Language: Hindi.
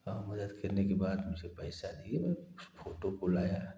वहाँ मदद करने के बाद उनसे पैसा लिए उस फोटो को लाया